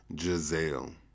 Giselle